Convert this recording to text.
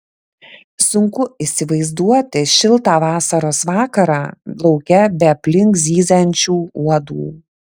sunku įsivaizduoti šiltą vasaros vakarą lauke be aplink zyziančių uodų